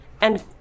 and-